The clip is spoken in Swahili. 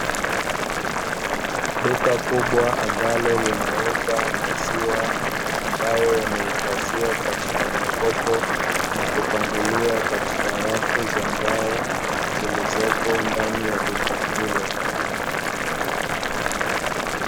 Duka kubwa ambalo linauza maziwa ambayo yamehifadhiwa katika makopo na kupangiliwa katika rafu za mbao, zilizopo ndani ya duka hilo.